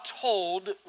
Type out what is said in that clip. told